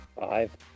Five